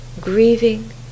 grieving